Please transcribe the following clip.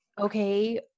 okay